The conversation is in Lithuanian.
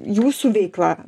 jūsų veiklą